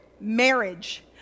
Marriage